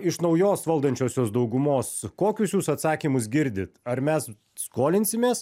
iš naujos valdančiosios daugumos kokius jūs atsakymus girdit ar mes skolinsimės